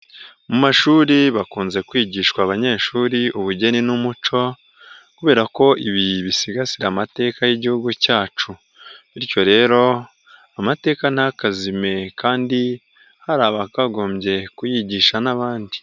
Mu mashuri bakunze kwigishwa abanyeshuri ubugeni n'umuco kubera ko ibi bisigasira amateka y'igihugu cyacu, bityo rero amateka nta kazime kandi hari abakagombye kuyigisha n'abandi.